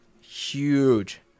huge